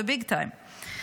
וביג טיים.